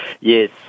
Yes